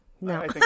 no